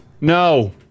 No